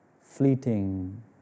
fleeting